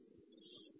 വിദ്യാർത്ഥി